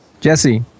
Jesse